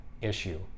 issue